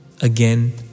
again